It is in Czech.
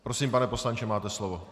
Prosím, pane poslanče, máte slovo.